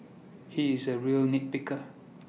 he is A real nit picker